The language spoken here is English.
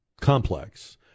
complex